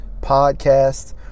Podcast